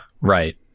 Right